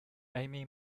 amy